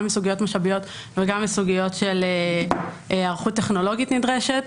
גם בסוגיות משאביות וגם בסוגיות של היערכות טכנולוגית שנדרשת.